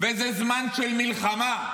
וזה זמן של מלחמה.